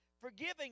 forgiving